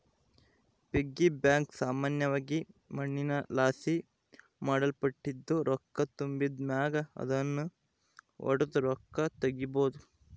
piggy bank ಸಾಮಾನ್ಯವಾಗಿ ಮಣ್ಣಿನಲಾಸಿ ಮಾಡಲ್ಪಟ್ಟಿದ್ದು, ರೊಕ್ಕ ತುಂಬಿದ್ ಮ್ಯಾಗ ಅದುನ್ನು ಒಡುದು ರೊಕ್ಕ ತಗೀಬೋದು